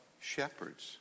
shepherds